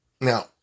Now